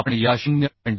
आपण याला 0